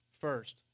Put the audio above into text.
first